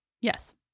Yes